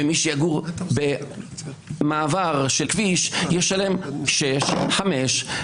ומי שיגור מעבר לכביש ישלם 6,000-5,000 שקל,